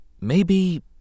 Maybe